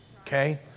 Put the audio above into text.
Okay